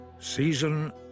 Season